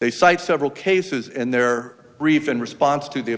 they cite several cases in their brief in response to the